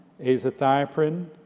azathioprine